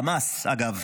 חמאס, אגב,